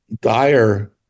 dire